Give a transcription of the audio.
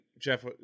Jeff